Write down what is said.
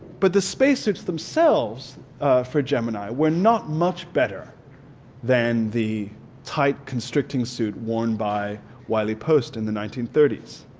but the spacesuits themselves for gemini were not much better than the tight, constricting suit worn by wiley post in the nineteen thirty s.